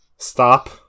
Stop